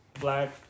Black